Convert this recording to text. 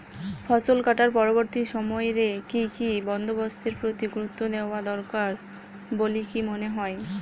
ফসলকাটার পরবর্তী সময় রে কি কি বন্দোবস্তের প্রতি গুরুত্ব দেওয়া দরকার বলিকি মনে হয়?